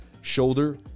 Shoulder